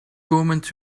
komend